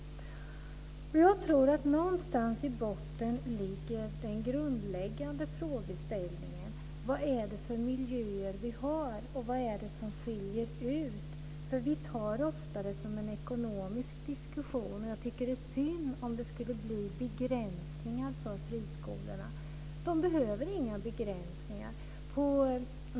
Jag tror att någonstans i botten ligger den grundläggande frågeställningen: Vad är det för miljöer vi har, och vad är det som skiljer ut? Vi tar ofta det här som en ekonomisk diskussion, och jag tycker att det är synd om det skulle bli begränsningar för friskolorna. De behöver inga begränsningar.